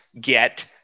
get